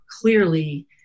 clearly